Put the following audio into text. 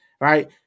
Right